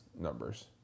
numbers